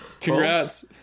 congrats